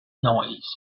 noise